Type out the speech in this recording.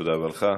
תודה רבה, אדוני.